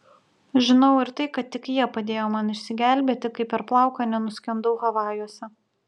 žinau ir tai kad tik jie padėjo man išsigelbėti kai per plauką nenuskendau havajuose